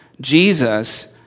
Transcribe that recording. Jesus